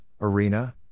Arena